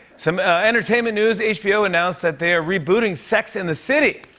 some entertainment news hbo announced that they are rebooting sex and the city.